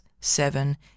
seven